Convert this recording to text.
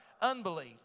Unbelief